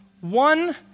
One